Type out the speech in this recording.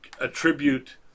attribute